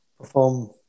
perform